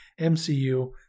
MCU